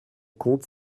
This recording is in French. compte